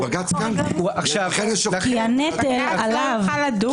כי הנטל עליו.